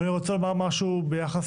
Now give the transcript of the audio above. אבל אני רוצה לומר משהו ביחס,